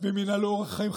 והם ינהלו אורח חיים חרדי,